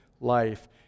life